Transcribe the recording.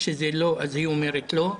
כשזה לא אז היא אומרת לא.